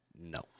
No